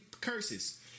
curses